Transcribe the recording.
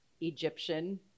Egyptian